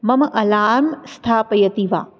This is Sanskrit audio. मम अलार्म् स्थापयति वा